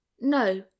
No